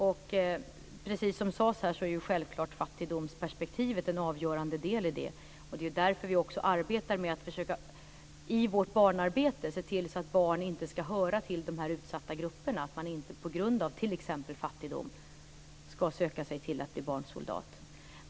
Och precis som det sades här så är självklart fattigdomsperspektivet en avgörande del i detta, och det är också därför som vi i vårt barnarbete försöker se till att barn inte ska höra till dessa utsatta grupper, att de på grund av t.ex. fattigdom inte ska söka sig till att bli barnsoldat.